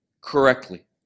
correctly